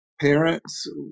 parents